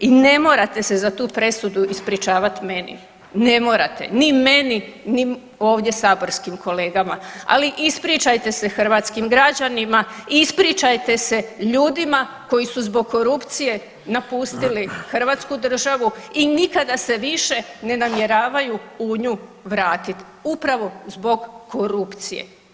I ne morate se za tu presudu ispričavat meni, ne morate, ni meni ni ovdje saborskim kolegama, ali ispričajte se hrvatskim građanima, ispričajte se ljudima koji su zbog korupcije napustili hrvatsku državu i nikada se više ne namjeravaju u nju vratit upravo zbog korupcije.